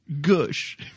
Gush